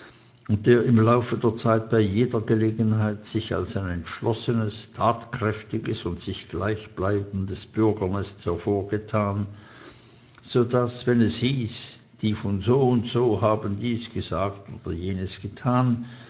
und der im laufe der zeit bei jeder gelegenheit sich als ein entschlossenes tatkräftiges und sich gleichbleibendes bürgernest hervorgetan so daß wenn es hieß die von soundso haben dies gesagt oder jenes getan